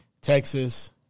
Texas